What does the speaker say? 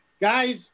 Guys